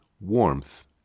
warmth